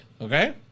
okay